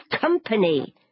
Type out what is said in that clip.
company